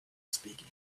speaking